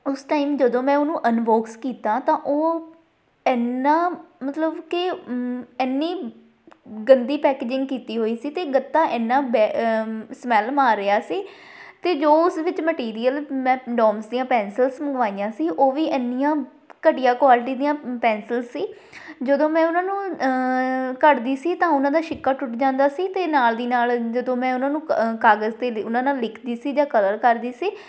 ਉਸ ਟਾਈਮ ਜਦੋਂ ਮੈਂ ਉਹਨੂੰ ਅਨਬੋਕਸ ਕੀਤਾ ਤਾਂ ਉਹ ਐਨਾ ਮਤਲਬ ਕਿ ਐਨੀ ਗੰਦੀ ਪੈਕੇਜਿੰਗ ਕੀਤੀ ਹੋਈ ਸੀ ਅਤੇ ਗੱਤਾ ਐਨਾ ਬ ਸਮੈਲ ਮਾਰ ਰਿਹਾ ਸੀ ਅਤੇ ਜੋ ਉਸ ਵਿੱਚ ਮਟੀਰੀਅਲ ਮੈਂ ਡੋਮਸ ਦੀਆਂ ਪੈਂਸਿਲਸ ਮੰਗਵਾਈਆਂ ਸੀ ਉਹ ਵੀ ਐਨੀਆਂ ਘਟੀਆ ਕੁਆਲਿਟੀ ਦੀਆਂ ਪੈਂਨਸਿਲਸ ਸੀ ਜਦੋਂ ਮੈਂ ਉਹਨਾਂ ਨੂੰ ਘਟਦੀ ਸੀ ਤਾਂ ਉਹਨਾਂ ਦਾ ਸਿੱਕਾ ਟੁੱਟ ਜਾਂਦਾ ਸੀ ਅਤੇ ਨਾਲ ਦੀ ਨਾਲ ਜਦੋਂ ਮੈਂ ਉਹਨਾਂ ਨੂੰ ਕ ਕਾਗਜ਼ 'ਤੇ ਦ ਉਹਨਾਂ ਨਾਲ ਲਿਖਦੀ ਸੀ ਜਾਂ ਕਲਰ ਕਰਦੀ ਸੀ